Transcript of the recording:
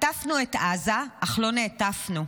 עטפנו את עזה, אך לא נעטפנו.